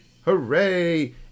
Hooray